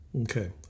Okay